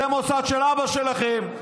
זה מוסד של אבא שלכם,